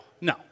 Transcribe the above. No